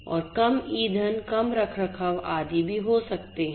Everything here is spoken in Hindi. और कम ईंधन कम रखरखाव आदि भी हो सकते है